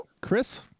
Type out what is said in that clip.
Chris